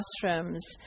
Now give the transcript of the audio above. classrooms